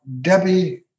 Debbie